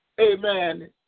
amen